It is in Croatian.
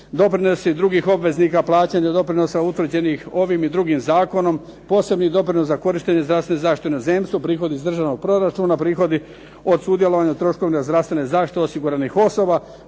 doprinosi drugih obveznika plaćanja, doprinosa utvrđenih ovim i drugim zakonom, posebni doprinos za korištenje zdravstvene zaštite u inozemstvu, prihodi iz državnog proračuna, prihodi od sudjelovanja u troškovima zdravstvene zaštite osiguranih osoba,